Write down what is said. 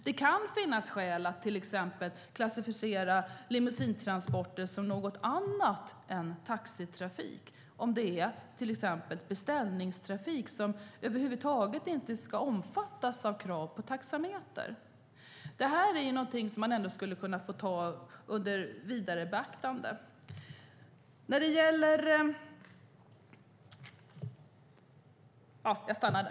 Det kan finnas skäl att exempelvis klassificera limousinetransporter som någonting annat än taxitrafik om det är till exempel beställningstrafik som över huvud taget inte ska omfattas av krav på taxameter. Detta är någonting som man skulle kunna få ta under vidare beaktande.